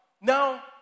Now